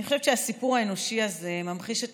אני חושבת שהסיפור האנושי הזה ממחיש את